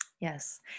yes